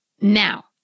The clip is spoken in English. Now